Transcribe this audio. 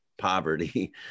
poverty